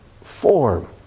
form